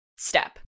step